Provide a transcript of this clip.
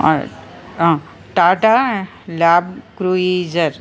Toyota land cruiser